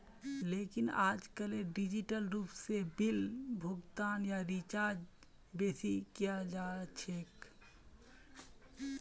लेकिन आयेजकल डिजिटल रूप से बिल भुगतान या रीचार्जक बेसि कियाल जा छे